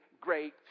great